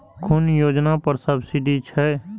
कुन योजना पर सब्सिडी छै?